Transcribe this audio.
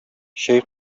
чәй